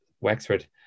Wexford